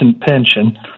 pension